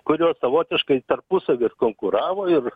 kurios savotiškai tarpusavy ir konkuravo ir